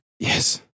Yes